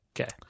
Okay